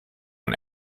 and